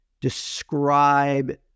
describe –